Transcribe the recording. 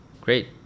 Great